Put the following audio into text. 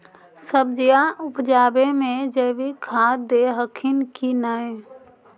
सब्जिया उपजाबे मे जैवीक खाद दे हखिन की नैय?